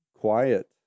Quiet